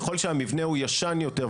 ככל שהמבנה הוא ישן יותר,